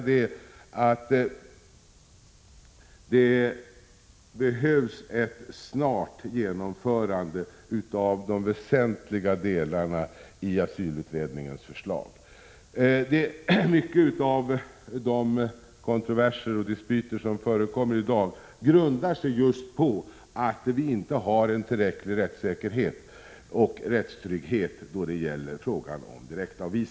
Det behövs ett snart genomförande av de väsentliga delarna i asylutredningens förslag. Många av de kontroverser och dispyter som förekommer i dag grundar sig just på att vi i fråga om direktavvisningar inte har tillräcklig rättssäkerhet och rättstrygghet.